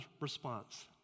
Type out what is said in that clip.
response